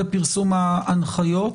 לפרסום ההנחיות,